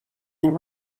their